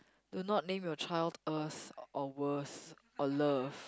do not name your child ~orse or worse or love